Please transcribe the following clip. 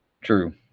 true